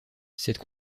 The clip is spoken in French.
cette